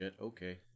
Okay